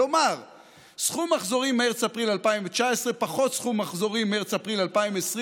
כלומר סכום מחזורים מרץ-אפריל 2019 פחות סכום מחזורים מרץ-אפריל 2020,